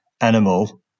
animal